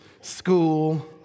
school